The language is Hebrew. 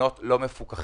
במעונות לא מפוקחים.